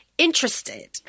interested